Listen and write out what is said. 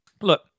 Look